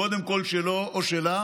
קודם כול שלו או שלה